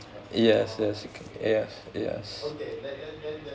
yes yes okay yes yes